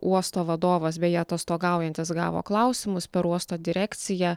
uosto vadovas beje atostogaujantis gavo klausimus per uosto direkciją